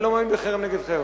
אני לא מאמין בחרם נגד חרם.